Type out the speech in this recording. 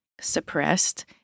suppressed